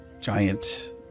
giant